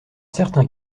certains